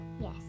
Yes